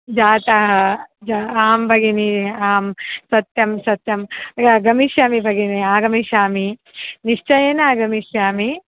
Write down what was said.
जातः आं भगिनि आं सत्यं सत्यं गमिष्यामि भगिनि आगमिष्यामि निश्चयेन आगमिष्यामि